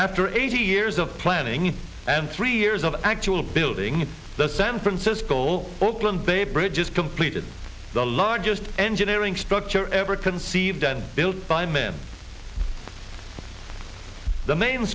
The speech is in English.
after eighty years of planning and three years of actual building the san francisco oakland bay bridge is completed the largest engineering structure ever conceived and built by man the main